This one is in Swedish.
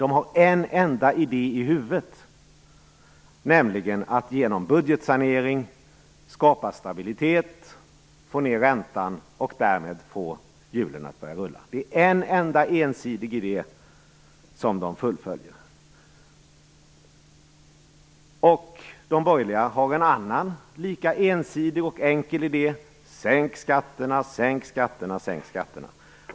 De har en enda idé i huvudet, nämligen att genom budgetsanering skapa stabilitet, få ned räntan och därmed få hjulen att börja rulla. Det är en enda ensidig idé som de fullföljer. De borgerliga har en annan lika ensidig och enkel idé: sänk skatterna, sänk skatterna, sänk skatterna.